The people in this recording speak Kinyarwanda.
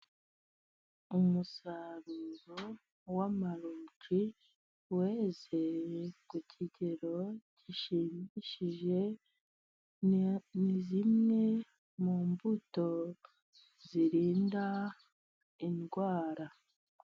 Umusaruro w amarunji weze ku kigero gishimishije, ni zimwe mu mbuto zirinda indwara.